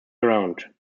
around